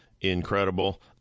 incredible